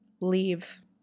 Leave